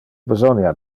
besonia